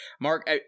Mark